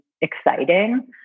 exciting